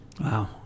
Wow